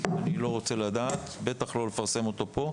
לא רוצה לדעת את מה שחסוי ובטח שלא לפרסם אותו פה.